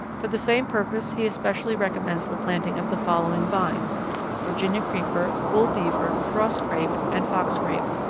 for the same purpose he especially recommends the planting of the following vines virginia creeper, bull-beaver, frost grape, and fox grape.